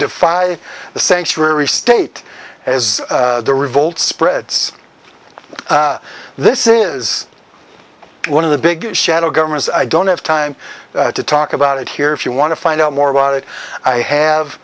defy the sanctuary state as the revolt spreads this is one of the big shadow governments i don't have time to talk about it here if you want to find out more about it i